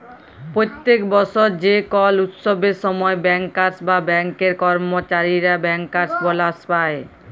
প্যত্তেক বসর যে কল উচ্ছবের সময় ব্যাংকার্স বা ব্যাংকের কম্মচারীরা ব্যাংকার্স বলাস পায়